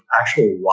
actual